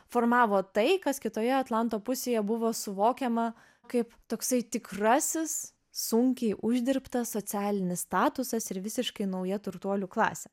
formavo tai kas kitoje atlanto pusėje buvo suvokiama kaip toksai tikrasis sunkiai uždirbtas socialinis statusas ir visiškai nauja turtuolių klasė